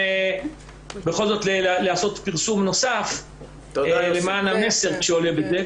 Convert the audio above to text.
ובכל זאת לעשות פרסום נוסף למען המסר שעולה בזה,